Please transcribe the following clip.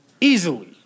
Easily